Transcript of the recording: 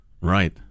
right